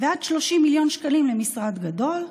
ועד 30 מיליון שקלים למשרד גדול,